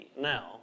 now